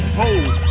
hold